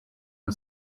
her